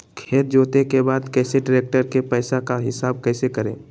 खेत जोते के बाद कैसे ट्रैक्टर के पैसा का हिसाब कैसे करें?